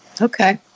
okay